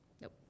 Nope